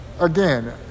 again